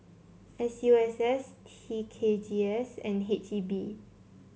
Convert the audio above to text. S U S S T K G S and H E B